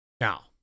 Now